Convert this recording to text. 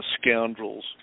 scoundrels